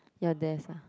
ya desk ah